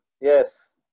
Yes